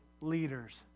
leaders